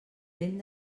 vent